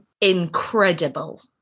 incredible